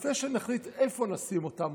לפני שנחליט איפה נשים אותם,